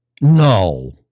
No